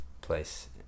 place